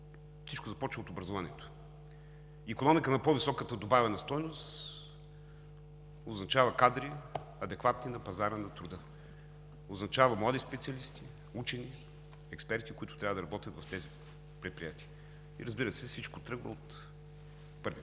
всичко започва от образованието. Икономика на по-високата добавена стойност означава кадри, адекватни на пазара на труда, означава млади специалисти, учени, експерти, които трябва да работят в тези предприятия. Разбира се, всичко тръгва от първи